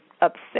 upset